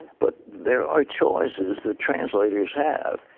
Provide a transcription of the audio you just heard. but there are choices that translators have.